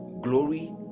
glory